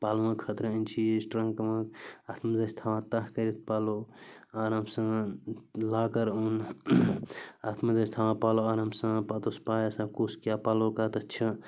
پَلوَن خٲطرٕ أنۍ چیٖز ٹرنٛک ونٛک اَتھ منٛز ٲسۍ تھاوان تہہ کٔرِتھ پَلَو آرام سان لاکَر اوٚن اَتھ منٛز ٲسۍ تھاوان پَلَو آرام سان پَتہٕ اوس پَے آسان کُس کیٛاہ پَلَو کَتٮ۪تھ چھِ